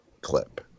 clip